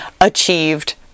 achieved